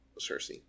Cersei